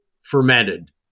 fermented